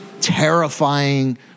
terrifying